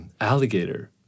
alligator